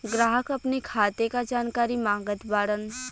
ग्राहक अपने खाते का जानकारी मागत बाणन?